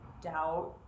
doubt